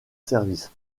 service